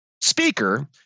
speaker